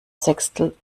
sechstel